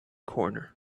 corner